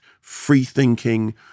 free-thinking